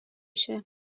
میشهبرو